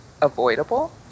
avoidable